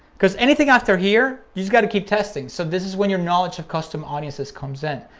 cause anything after here, you just gotta keep testing. so this is when your knowledge of custom audiences comes in.